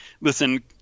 listen